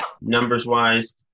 numbers-wise